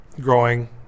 growing